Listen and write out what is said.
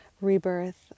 rebirth